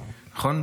נכון,